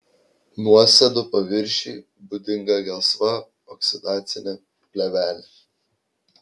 nuosėdų paviršiui būdinga gelsva oksidacinė plėvelė